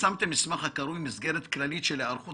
פרסמתם מסמך הקרוי "מסגרת כללית של היערכות